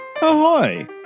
Ahoy